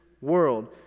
world